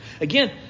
Again